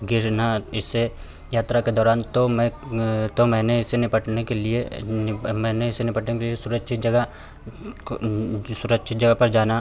गिरना इससे यात्रा के दौरान तो मैं तो मैंने इससे निपटने के लिए मैंने इससे निपटने के लिए सुरक्षित जगह सुरक्षित जगह पर जाना